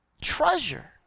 treasure